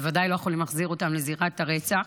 ובוודאי לא יכולים להחזיר אותם לזירת הרצח.